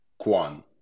Kwan